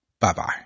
Bye-bye